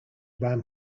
ram